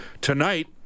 Tonight